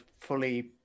fully